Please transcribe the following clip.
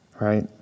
Right